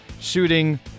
shooting